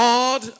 God